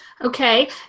Okay